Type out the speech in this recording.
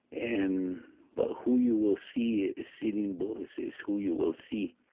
and but who you will see as sitting bull is is who you will see.